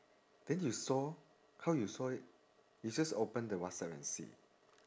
then you saw how you saw it you just open the whatsapp and see